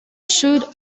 shoot